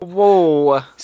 Whoa